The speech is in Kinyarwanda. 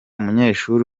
munyeshuri